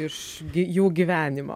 iš jų gyvenimo